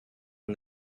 him